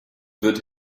wird